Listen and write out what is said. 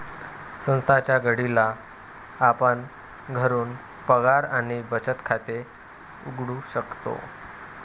सध्याच्या घडीला आपण घरून पगार आणि बचत खाते उघडू शकतो